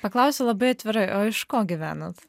paklausiu labai atvirai o iš ko gyvenot